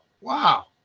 Wow